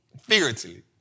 Figuratively